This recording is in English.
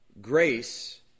Grace